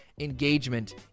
engagement